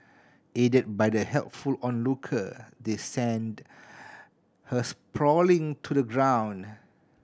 aided by the helpful onlooker they send her sprawling to the ground